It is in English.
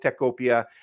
Techopia